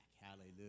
Hallelujah